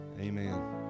amen